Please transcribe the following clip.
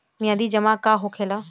मियादी जमा का होखेला?